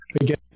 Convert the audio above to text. Again